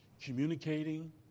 communicating